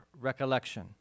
recollection